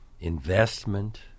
investment